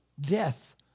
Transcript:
death